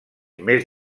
més